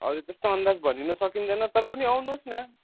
हजुर त्यस्तो अन्दाज भनिन सकिँदैन तर पनि आउनुहोस् न